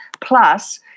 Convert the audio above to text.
plus